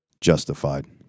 Justified